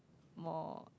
more